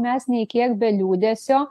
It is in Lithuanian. mes nei kiek be liūdesio